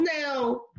now